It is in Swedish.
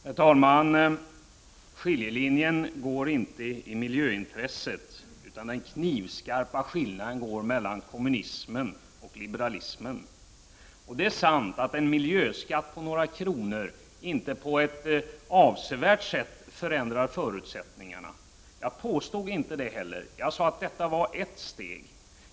Herr talman! Skiljelinjen går inte i miljöintresset. Den knivskarpa skillnaden går mellan kommunismen och liberalismen. Det är sant att en miljöskatt på några kronor inte på ett avsevärt sätt förändrar förutsättningarna. Det påstod jag inte heller. Jag sade att detta var ett steg.